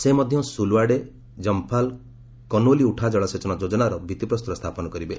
ସେ ମଧ୍ୟ ସୁଲଓ୍ୱାଡେ ଜମ୍ପାଲ କନୋଲି ଉଠାଜଳସେଚନ ଯୋଜନାର ଭିଭିପ୍ରସ୍ତର ସ୍ଥାପନ କରିବେ